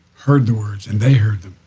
heard the words, and they heard them.